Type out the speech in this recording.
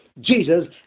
Jesus